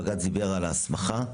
הבג"צ דיבר על ההסמכה.